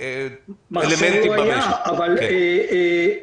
ואני יכול לומר גם היקל"ר עצמו,